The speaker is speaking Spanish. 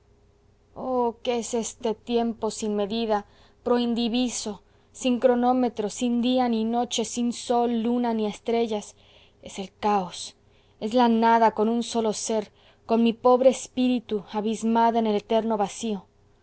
oh qué es este tiempo sin medida pro indiviso sin cronómetro sin día ni noche sin sol luna ni estrellas es el caos es la nada con un solo sér como mi pobre espíritu abismada en el eterno vacío